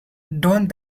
done